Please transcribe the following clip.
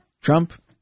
Trump